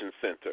center